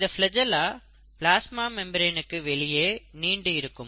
இந்த flagella plasma மெம்பரேனுக்கு வெளியே நீண்டு இருக்கும்